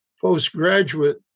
postgraduate